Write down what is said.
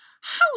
How